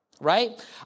right